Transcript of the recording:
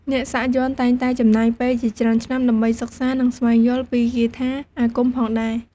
អ្នកសាក់យ័ន្តតែងតែចំណាយពេលជាច្រើនឆ្នាំ ដើម្បីសិក្សា និងស្វែងយល់ពីគាថាអាគមផងដែរ។